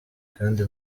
kandi